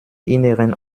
inneren